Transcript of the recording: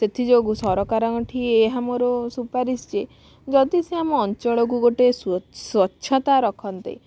ସେଥିଯୋଗୁଁ ସରକାରଙ୍କ ଠି ଏହା ମୋର ସୁପାରିଶ ଯେ ଯଦି ସେ ଆମ ଅଞ୍ଚଳକୁ ଗୋଟେ ସ୍ୱ ସ୍ୱଚ୍ଛତା ରଖନ୍ତେ